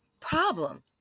problem